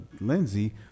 Lindsay